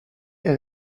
est